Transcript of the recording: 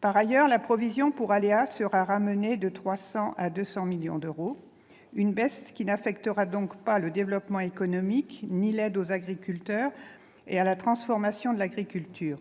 Par ailleurs, la provision pour aléas sera ramenée de 300 millions d'euros à 200 millions d'euros, une baisse qui n'affectera pas le développement économique ni l'aide aux agriculteurs et à la transformation de l'agriculture,